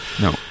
no